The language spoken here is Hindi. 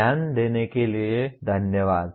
ध्यान देने के लिये धन्यवाद